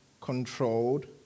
controlled